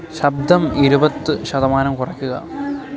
ശബ്ദം ഇരുപത് ശതമാനം കുറയ്ക്കുക